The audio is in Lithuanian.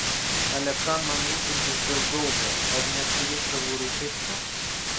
ale kam man rūpintis dėl gaubio ar neturiu savų rūpesčių